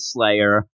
Slayer